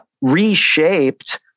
reshaped